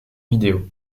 vidéo